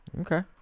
Okay